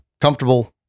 comfortable